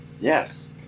Yes